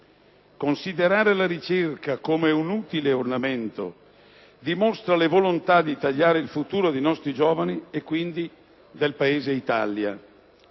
Considerare la ricerca come un inutile ornamento dimostra la volontadi tagliare il futuro dei nostri giovani, quindi del nostro